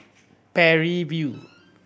Parry View